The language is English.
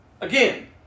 Again